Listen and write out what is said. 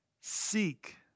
seek